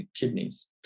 kidneys